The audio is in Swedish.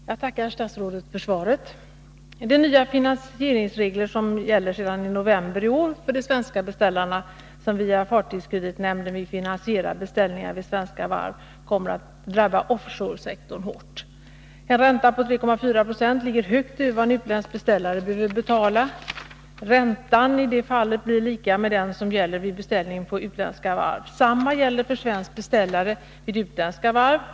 Herr talman! Jag tackar statsrådet för svaret på min fråga. De nya finansieringsregler som gäller sedan november månad för de svenska beställare som via fartygskreditnämnden vill finansiera beställningar vid svenska varv kommer att drabba offshore-sektorn hårt. En ränta på 13,4 26 är bra mycket mer än vad en utländsk beställare behöver betala. Räntan i det fallet blir densamma som den som gäller för beställning vid utländska varv. Det gäller också för svensk beställare vid utländska varv.